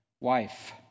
wife